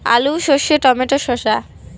আলু সর্ষে টমেটো শসা